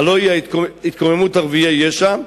הלוא היא התקוממות ערביי יש"ע,